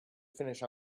finish